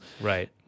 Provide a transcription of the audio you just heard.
Right